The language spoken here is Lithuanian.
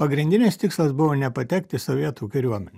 pagrindinis tikslas buvo nepatekt į sovietų kariuomenę